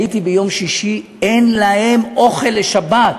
הייתי ביום שישי, אין להם אוכל לשבת.